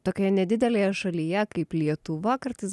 tokioje nedidelėje šalyje kaip lietuva kartais